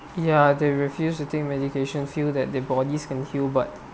ya they refuse to take medication feel that their bodies can heal but